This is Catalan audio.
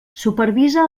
supervisa